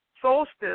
solstice